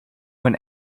one